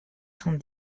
cent